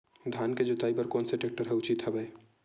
धान के जोताई बर कोन से टेक्टर ह उचित हवय?